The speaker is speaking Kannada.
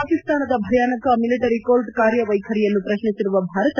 ಪಾಕಿಸ್ತಾನದ ಭಯಾನಕ ಮಿಲಿಟರಿ ಕೋರ್ಟ್ ಕಾರ್ಯವೈಖರಿಯನ್ನು ಪ್ರಶ್ನಿಸಿರುವ ಭಾರತ